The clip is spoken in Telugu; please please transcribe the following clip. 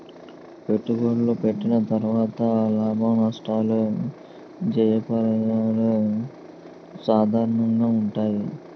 పెట్టుబడులు పెట్టిన తర్వాత లాభనష్టాలు జయాపజయాలు సాధారణంగా ఉంటాయి